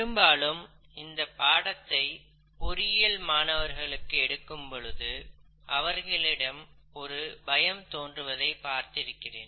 பெரும்பாலும் இந்த பாடத்தை பொறியியல் மாணவர்களுக்கு எடுக்கும்பொழுது அவர்களிடம் ஒரு பயம் தோன்றுவதை பார்த்திருக்கிறேன்